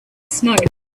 smoke